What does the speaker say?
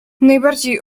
najbardziej